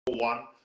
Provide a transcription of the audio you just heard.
one